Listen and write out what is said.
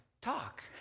talk